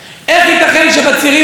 אין קול ואין עונה?